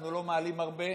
אנחנו לא מעלים הרבה,